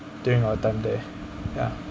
during our time there ya